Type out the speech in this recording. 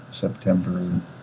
September